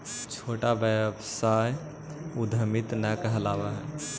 छोटा व्यवसाय उद्यमीट न कहलावऽ हई